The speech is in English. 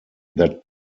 that